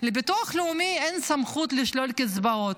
לביטוח הלאומי אין סמכות לשלול קצבאות,